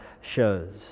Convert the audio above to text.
shows